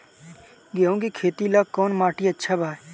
गेहूं के खेती ला कौन माटी अच्छा बा?